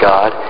God